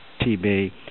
TB